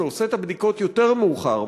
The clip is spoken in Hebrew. שעושה את הבדיקות יותר מאוחר,